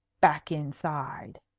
back inside!